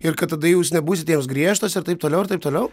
ir kad tada jūs nebūsit jiems griežtas ir taip toliau ir taip toliau